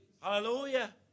Hallelujah